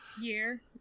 Year